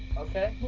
okay.